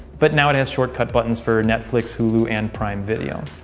but now it has shortcut buttons for netflix, hulu and prime video.